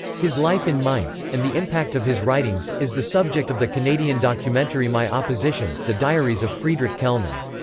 his life in mainz, and the impact of his writings, is the subject of the canadian documentary my opposition the diaries of friedrich kellner.